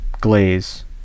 glaze